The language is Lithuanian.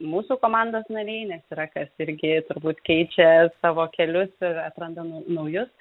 mūsų komandos nariai nes yra kas irgi turbūt keičia savo kelius ir atranda nau naujus